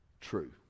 true